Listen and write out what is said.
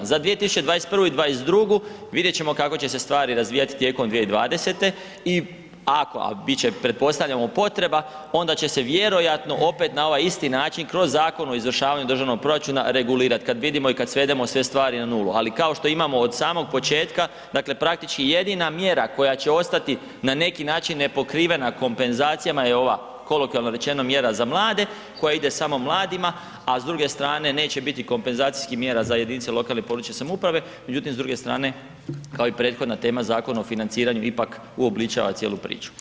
Za 2021. i '22. vidjet ćemo kako će se stvari razvijat tijekom 2020. i ako, a bit će, pretpostavljamo potreba, onda će se vjerojatno opet na ovaj isti način kroz Zakon o izvršavanju državnog proračuna regulirat, kad vidimo i kad svedemo sve stvari na nulu, ali kao što imamo od samog početka, dakle praktički jedina mjera koja će ostati na neki način nepokrivena kompenzacijama je ova, kolokvijalno rečeno, mjera za mlade koja ide samo mladima, a s druge strane neće biti kompenzacijskih mjera za jedinice lokalne i područne samouprave, međutim s druge strane kao i prethodna tema Zakon o financiranju ipak uobličava cijelu priču.